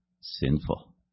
sinful